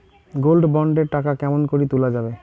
Gold bond এর টাকা কেমন করি তুলা যাবে?